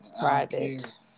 private